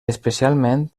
especialment